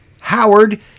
Howard